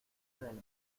del